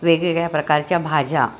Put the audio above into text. वेगवेगळ्या प्रकारच्या भाज्या